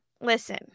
listen